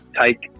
take